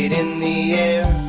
in the